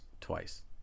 twice